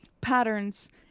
patterns